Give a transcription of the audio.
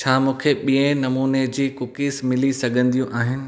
छा मूंखे ॿिए नमूने जी कुकीज़ मिली सघंदियूं आहिनि